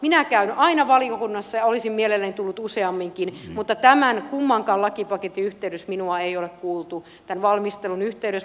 minä käyn aina valiokunnassa ja olisin mielelläni tullut useamminkin mutta tämän kummankaan lakipaketin yhteydessä minua ei ole kuultu valmistelun yhteydessä